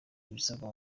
ibisabwa